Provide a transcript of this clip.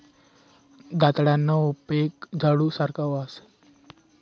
दंताळाना उपेग झाडू सारखा व्हस